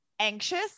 anxious